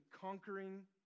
conquering